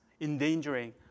endangering